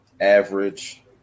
average